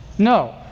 No